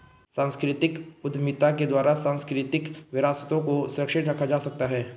सांस्कृतिक उद्यमिता के द्वारा सांस्कृतिक विरासतों को सुरक्षित रखा जा सकता है